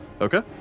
Okay